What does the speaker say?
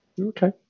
Okay